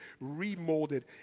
remolded